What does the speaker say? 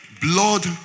blood